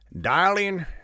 Dialing